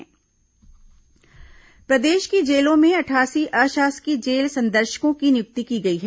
jail संदर्शक प्रदेश की जेलों में अठासी अशासकीय जेल संदर्शकों की नियुक्ति की गई है